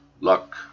luck